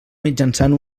mitjançant